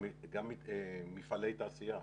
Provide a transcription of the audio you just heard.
גם מפעלי תעשייה,